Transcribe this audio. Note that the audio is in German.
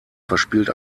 verspielt